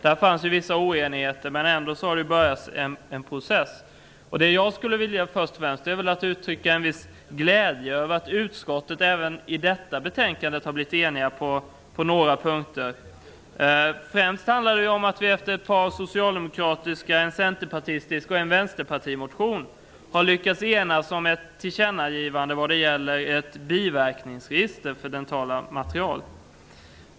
Där fanns vissa oenigheter, men det har ändå påbörjats en process. Jag skulle först och främst vilja uttrycka en viss glädje över att utskottet har blivit enigt på några punkter även i detta betänkande. Främst handlar det om att vi efter ett par socialdemokratiska, en centerpartistisk och en vänsterpartistisk motion har lyckats enas om ett tillkännagivande vad gäller ett biverkningsregister för dentala material.